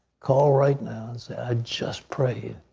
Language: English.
call right now and say, i just prayed.